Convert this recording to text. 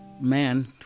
man